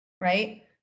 right